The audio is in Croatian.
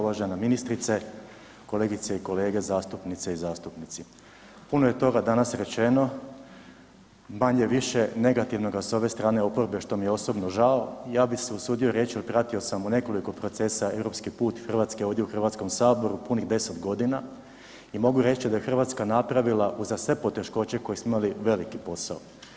Uvažena ministrice, kolegice i kolege zastupnice i zastupnici, puno je toga danas rečeno, manje-više negativnoga s ove strane oporbe što mi je osobno žao, ja bi se usudio reći otpratio sam u nekoliko procesa europski put Hrvatske ovdje u Hrvatskom saboru punih 10 g. i mogu reći da je Hrvatska napravila uza sve poteškoće koje smo imali, veliki posao.